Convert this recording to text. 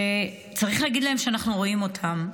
שצריך להגיד להם שאנחנו רואים אותם.